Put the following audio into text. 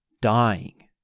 dying